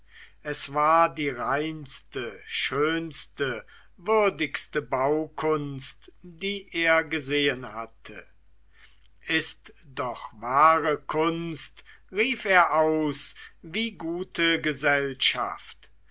es war die reinste schönste würdigste baukunst die er gesehen hatte ist doch wahre kunst rief er aus wie gute gesellschaft